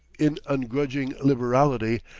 in ungrudging liberality,